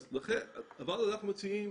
אנחנו מציעים